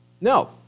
No